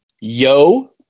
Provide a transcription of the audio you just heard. yo